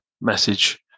message